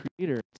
Creator